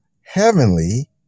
heavenly